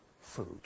food